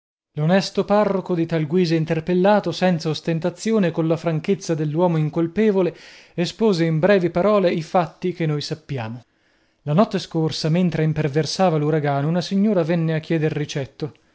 spiegazione l'onesto parroco di tal guisa interpellato senza ostentazione colla franchezza dell'uomo incolpevole espose in brevi parole i fatti che noi sappiamo la notte scorsa mentre imperversava l'uragano una signora venne a chieder ricetto